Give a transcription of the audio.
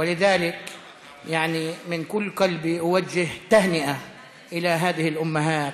ולפיכך אני רוצה מכל לבי לפנות בברכה לאימהות האלה,